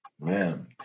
Man